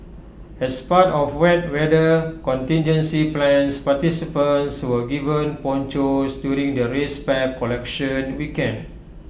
as part of wet weather contingency plans participants were given ponchos during the race pack collection weekend